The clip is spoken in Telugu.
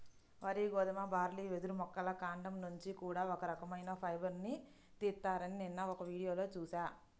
వరి, గోధుమ, బార్లీ, వెదురు మొక్కల కాండం నుంచి కూడా ఒక రకవైన ఫైబర్ నుంచి తీత్తారని నిన్న ఒక వీడియోలో చూశా